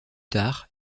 tard